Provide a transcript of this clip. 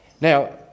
Now